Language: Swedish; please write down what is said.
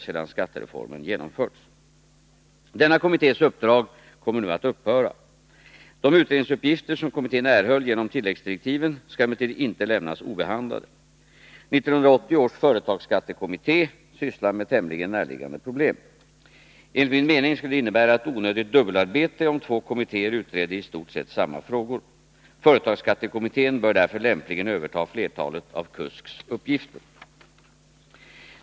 Denna kommittés uppdrag kommer nu att upphöra. De utredningsuppgifter som kommittén erhöll genom tilläggsdirektiven skall emellertid inte lämnas obehandlade. 1980 års företagsskattekommitté sysslar med tämligen närliggande problem. Enligt min mening skulle det innebära ett onödigt dubbelarbete om två kommittéer utredde i stort sett samma frågor. Företagsskattekommittén bör därför lämpligen överta flertalet av KUSK:s uppgifter.